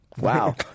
Wow